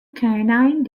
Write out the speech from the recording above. canine